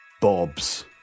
bobs